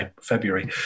February